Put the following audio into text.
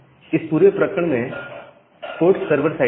इस पूरे प्रकरण में पोर्ट सर्वर साइड पर है